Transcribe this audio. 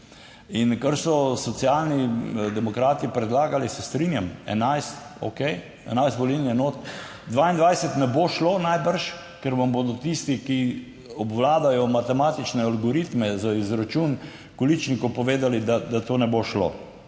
In kar so Socialni demokrati predlagali, se strinjam, 11, okej, 11 volilnih enot, 22 ne bo šlo najbrž, ker vam bodo tisti, ki obvladajo matematične algoritme za izračun količnikov, povedali, da to ne bo šlo